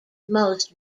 most